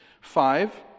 Five